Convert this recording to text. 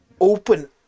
open